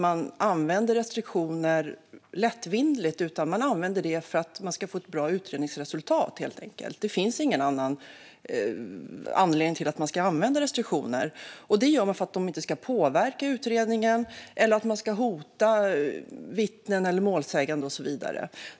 Man använder inte restriktioner lättvindigt, utan man använder restriktioner för att man ska få ett bra utredningsresultat helt enkelt. Det finns ingen annan anledning till att man ska använda restriktioner. Det gör man för att de misstänkta inte ska påverka utredningen eller hota vittnen eller målsägande och så vidare.